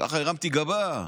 ככה, הרמתי עליו גבה,